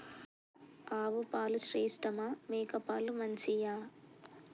ఆవు పాలు శ్రేష్టమా మేక పాలు మంచియా?